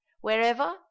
wherever